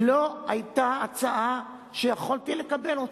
לא היתה הצעה שיכולתי לקבל אותה.